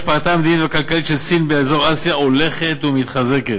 השפעתה המדינית והכלכלית של סין באזור אסיה הולכת ומתחזקת.